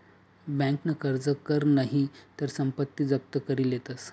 बँकन कर्ज कर नही तर संपत्ती जप्त करी लेतस